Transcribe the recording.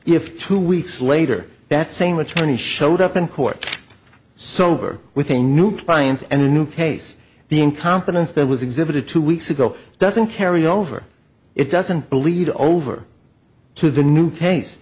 if two weeks later that same attorney showed up in court sober with a new client and a new case the incompetence that was exhibited two weeks ago doesn't carry over it doesn't believe the over to the new cas